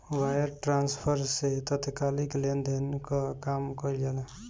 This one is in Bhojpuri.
वायर ट्रांसफर से तात्कालिक लेनदेन कअ काम कईल जाला